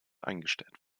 eingestellt